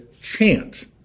chance